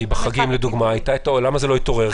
למה זה לא התעורר?